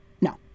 No